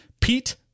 Pete